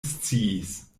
sciis